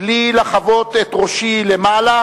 בלי לחבוט את ראשי למעלה,